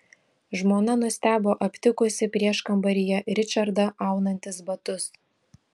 žmona nustebo aptikusi prieškambaryje ričardą aunantis batus